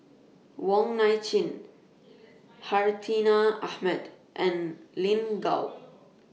Wong Nai Chin Hartinah Ahmad and Lin Gao